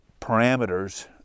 parameters